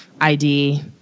ID